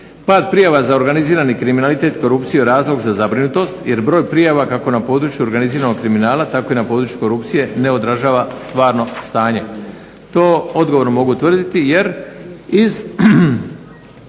Pad prijava za organizirani kriminalitet i korupciju je razlog za zabrinutost jer broj prijava kako na području organiziranog kriminala, tako i na području korupcije, ne održava stvarno stanje. To odgovorno mogu tvrditi jer iz